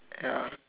ya